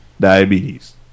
diabetes